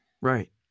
Right